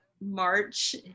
March